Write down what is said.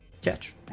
Catch